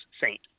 saint